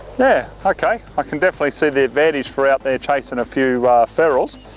yeah, okay, i can definitely see the advantage for out there chasing a few ah ferals.